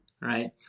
right